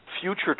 future